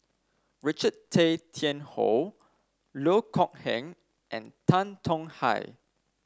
Richard Tay Tian Hoe Loh Kok Heng and Tan Tong Hye